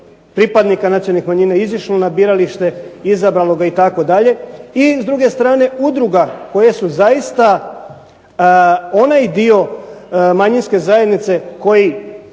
pripadnika nacionalnih manjina izišlo na biralište, izabralo ga itd. I s druge strane udruga koje su zaista onaj dio manjinske zajednice koji